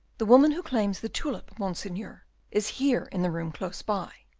the woman who claims the tulip, monseigneur, is here in the room close by.